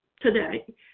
today